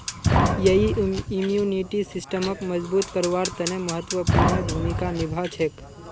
यई इम्यूनिटी सिस्टमक मजबूत करवार तने महत्वपूर्ण भूमिका निभा छेक